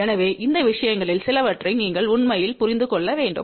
எனவே இந்த விஷயங்களில் சிலவற்றை நீங்கள் உண்மையில் புரிந்து கொள்ள வேண்டும்